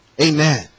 Amen